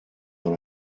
dans